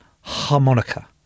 harmonica